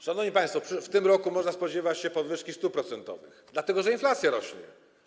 Szanowni państwo, w tym roku można spodziewać się podwyżki stóp procentowych, dlatego że inflacja rośnie.